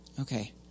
Okay